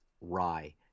rye